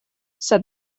said